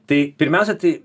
tai pirmiausia tai